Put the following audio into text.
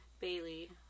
Bailey